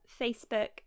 Facebook